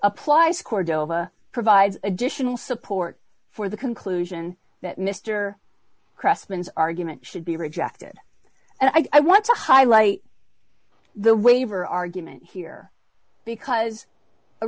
applies cordova provides additional support for the conclusion that mr cressman is argument should be rejected and i want to highlight the waiver argument here because